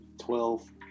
Twelve